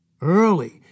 Early